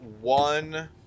one